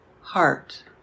heart